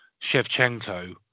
Shevchenko